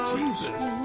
Jesus